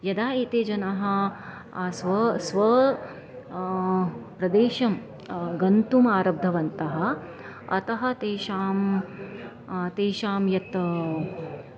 यदा एते जनाः स्व स्व प्रदेशं गन्तुमारब्धवन्तः अतः तेषां तेषां यत्